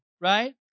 Right